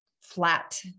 flat